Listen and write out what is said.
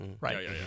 Right